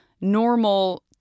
normal